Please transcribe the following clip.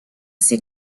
ses